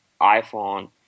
iPhone